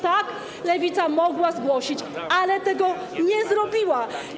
Tak, Lewica mogła zgłosić, ale tego nie zrobiła.